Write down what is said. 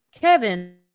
Kevin